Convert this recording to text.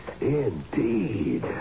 indeed